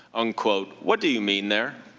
and what do you mean there?